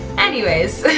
anyways.